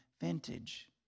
vintage